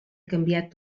canviat